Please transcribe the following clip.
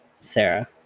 Sarah